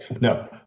No